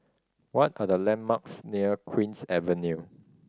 what are the landmarks near Queen's Avenue